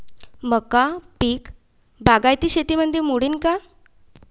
मका पीक बागायती शेतीमंदी मोडीन का?